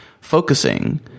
focusing